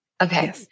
Okay